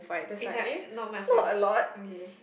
is like not much left okay